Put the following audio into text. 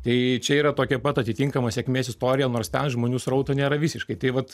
tai čia yra tokia pat atitinkama sėkmės istorija nors ten žmonių srauto nėra visiškai tai vat